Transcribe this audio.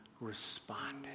responded